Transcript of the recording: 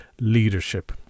leadership